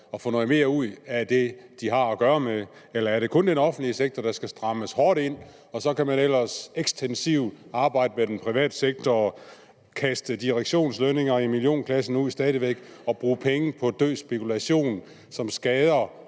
og få noget mere ud af det, de har med at gøre. Eller er det kun den offentlige sektor, der skal strammes hårdt ind, og så kan man ellers ekstensivt arbejde med den private sektor og stadig væk kaste direktionslønninger i millionklassen ud og bruge penge på død spekulation, som skader